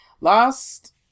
last